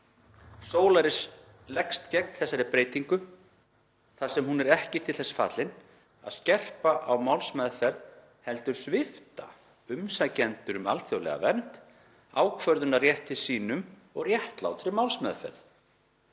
Solaris leggst gegn þessari breytingu þar sem hún er ekki til þess fallin að skerpa á málsmeðferð heldur svipta umsækjendur um alþjóðlega vernd ákvörðunarrétti sínum og réttlátri málsmeðferð.